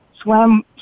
swam